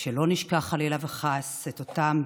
ושלא נשכח, חלילה וחס, את אותם